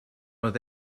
oedd